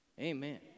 amen